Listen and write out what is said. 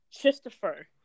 Christopher